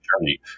journey